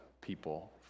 people